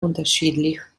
unterschiedlich